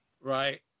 right